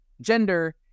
gender